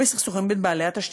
או בסכסוכים בין בעלי התשתיות,